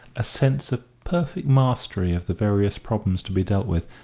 a sense of perfect mastery of the various problems to be dealt with,